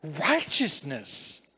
Righteousness